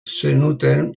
zenuten